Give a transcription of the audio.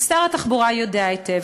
כי שר התחבורה יודע היטב,